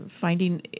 finding